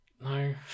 No